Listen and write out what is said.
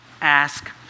ask